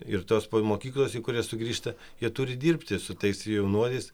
ir tos mokyklos į kurias sugrįžta jie turi dirbti su tais jaunuoliais